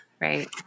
right